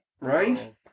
Right